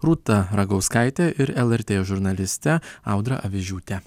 rūta ragauskaite ir lrt žurnaliste audra avižiūte